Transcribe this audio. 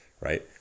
right